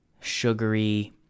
sugary